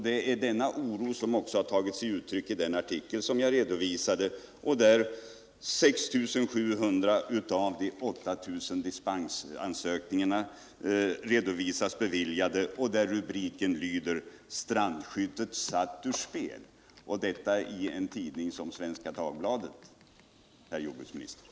Det är denna oro som också har uttalats i den artikel jag redovisade. Där anges att 6 700 av de 8000 dispensansökningarna är beviljade, och rubriken lyder: ”Strandskyddet satt ur spel.” Detta stod att läsa i en tidning som Svenska Dagbladet, herr jordbruksminister.